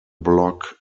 bloc